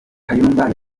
kayumba